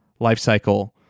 lifecycle